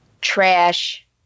Trash